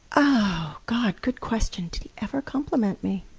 oh god, good question. did he ever compliment me?